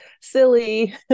silly